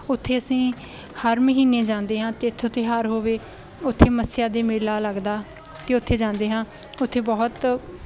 ਉੱਥੇ ਅਸੀਂ ਹਰ ਮਹੀਨੇ ਜਾਂਦੇ ਹਾਂ ਅਤੇ ਤਿਥ ਤਿਉਹਾਰ ਹੋਵੇ ਉੱਥੇ ਮੱਸਿਆ ਦੇ ਮੇਲਾ ਲੱਗਦਾ ਅਤੇ ਉੱਥੇ ਜਾਂਦੇ ਹਾਂ ਉੱਥੇ ਬਹੁਤ